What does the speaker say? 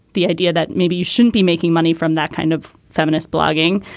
the idea that maybe you shouldn't be making money from that kind of feminist blogging.